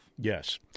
Yes